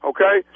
Okay